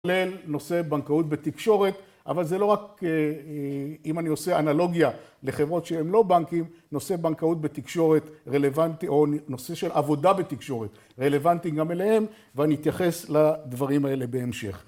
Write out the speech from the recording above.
נושא בנקאות בתקשורת, אבל זה לא רק, אם אני עושה אנלוגיה לחברות שהן לא בנקים, נושא בנקאות בתקשורת רלוונטי, או נושא של עבודה בתקשורת רלוונטי גם אליהן, ואני אתייחס לדברים האלה בהמשך.